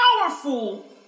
powerful